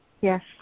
Yes